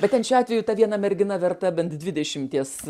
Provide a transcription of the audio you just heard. bet ten šiuo atveju ta viena mergina verta bent dvidešimties